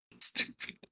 Stupid